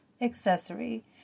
accessory